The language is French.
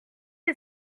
est